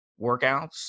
workouts